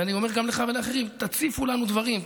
ואני אומר גם לך ולאחרים: תציפו לנו דברים,